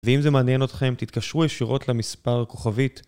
ואם זה מעניין אתכם, תתקשרו ישירות למספר כוכבית